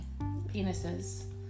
penises